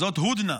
זאת הודנה,